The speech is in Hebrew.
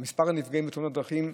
מספר הנפגעים בתאונות דרכים,